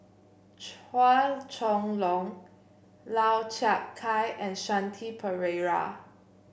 Chua Chong Long Lau Chiap Khai and Shanti Pereira